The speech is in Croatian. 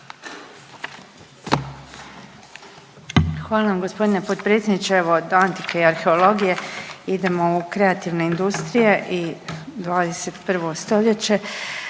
Hvala vama gospodine potpredsjedniče. Evo od antike i arheologije idemo u kreativne industrije i 21. stoljeće.